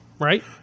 right